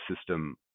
system